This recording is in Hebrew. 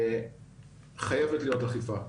חייבת להיות אכיפה.